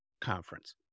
conference